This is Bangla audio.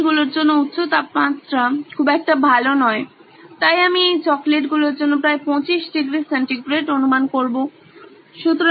চকলেট গুলোর জন্য উচ্চ তাপমাত্রা খুব একটা ভালো নয় তাই আমি এই চকলেট গুলোর জন্য প্রায় 25 ডিগ্রী সেন্টিগ্রেড অনুমান করবো